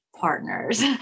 partners